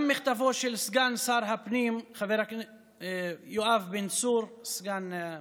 גם מכתבו של סגן שר הפנים יואב בן צור באותו